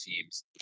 teams